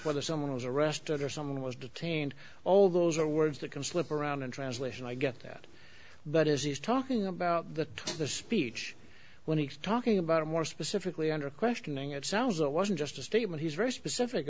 whether someone was arrested or someone was detained all those are words that can slip around in translation i get that but if he's talking about the speech when he's talking about more specifically under questioning it sounds that wasn't just a statement he's very specific